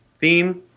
theme